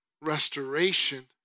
restoration